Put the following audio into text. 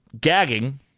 gagging